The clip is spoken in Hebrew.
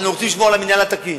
אנחנו רוצים לשמור על המינהל התקין.